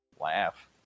laugh